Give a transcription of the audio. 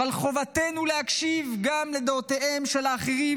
אבל חובתנו להקשיב גם לדעותיהם של אחרים,